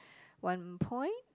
one point